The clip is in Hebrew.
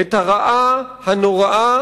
את הרעה הנוראה